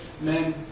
men